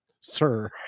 sir